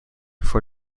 for